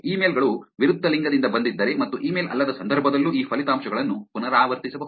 email ಗಳು ವಿರುದ್ಧ ಲಿಂಗದಿಂದ ಬಂದಿದ್ದರೆ ಮತ್ತು ಇಮೇಲ್ ಅಲ್ಲದ ಸಂದರ್ಭದಲ್ಲೂ ಈ ಫಲಿತಾಂಶಗಳನ್ನು ಪುನರಾವರ್ತಿಸಬಹುದು